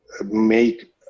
make